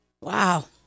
Wow